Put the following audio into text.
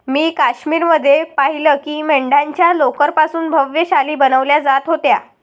मी काश्मीर मध्ये पाहिलं की मेंढ्यांच्या लोकर पासून भव्य शाली बनवल्या जात होत्या